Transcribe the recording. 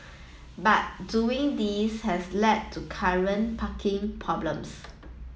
but doing this has led to current parking problems